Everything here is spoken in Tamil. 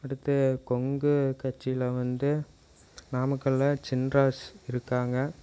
அடுத்தது கொங்கு கட்சியில் வந்து நாமக்கலில் சின்ராசு இருக்காங்க